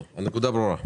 הנקודה ברורה.